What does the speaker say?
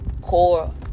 core